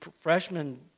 freshman